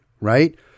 right